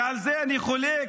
ועל זה אני חולק